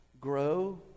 grow